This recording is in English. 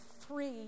three